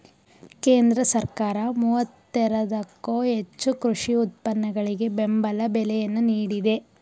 ಕೇಂದ್ರ ಸರ್ಕಾರ ಮೂವತ್ತೇರದಕ್ಕೋ ಹೆಚ್ಚು ಕೃಷಿ ಉತ್ಪನ್ನಗಳಿಗೆ ಬೆಂಬಲ ಬೆಲೆಯನ್ನು ನೀಡಿದೆ